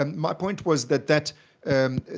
um my point was that that and